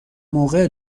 موقع